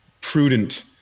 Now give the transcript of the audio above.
prudent